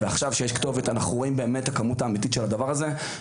ועכשיו כשיש כתובת אנחנו רואים את הכמות האמיתית של הדבר הזה,